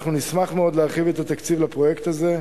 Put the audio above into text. נשמח מאוד להרחיב את התקציב לפרויקט זה,